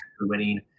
winning